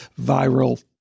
viral